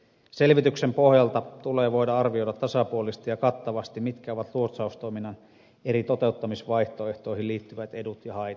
selvityksen pohjalta tulee voida arvioida tasapuolisesti ja kattavasti mitkä ovat luotsaustoiminnan eri toteuttamisvaihtoehtoihin liittyvät edut ja haitat